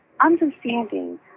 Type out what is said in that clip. understanding